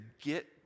get